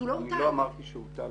אני לא אמרתי שהוא הוטל,